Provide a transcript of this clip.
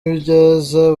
ibyiza